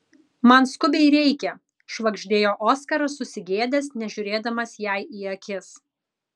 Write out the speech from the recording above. man skubiai reikia švagždėjo oskaras susigėdęs nežiūrėdamas jai į akis